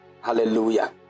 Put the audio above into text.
Hallelujah